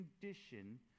condition